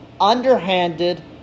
underhanded